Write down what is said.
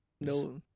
No